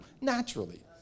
naturally